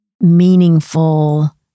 meaningful